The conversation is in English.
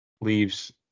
leaves